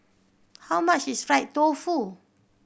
how much is fried tofu